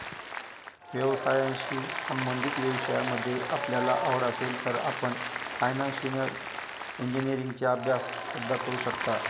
व्यवसायाशी संबंधित विषयांमध्ये आपल्याला आवड असेल तर आपण फायनान्शिअल इंजिनीअरिंगचा अभ्यास सुद्धा करू शकता